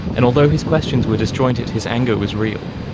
and, although his questions were disjointed, his anger was real.